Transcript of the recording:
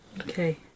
Okay